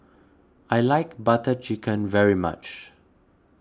I like Butter Chicken very much